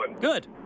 Good